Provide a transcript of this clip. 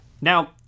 Now